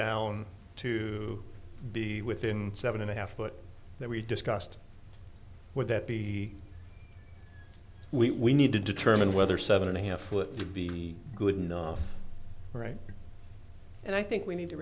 down to be within seven and a half foot that we discussed would that be we need to determine whether seven and a half foot be good enough or right and i think we need to